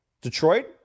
Detroit